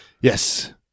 Yes